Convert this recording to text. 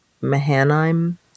Mahanaim